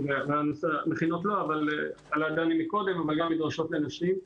את המכינות לא, אבל גם את המדרשות לנשים.